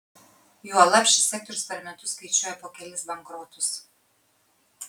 juolab šis sektorius per metus skaičiuoja po kelis bankrotus